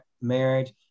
marriage